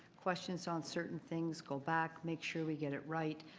questions on certain things, go back, make sure we got it right.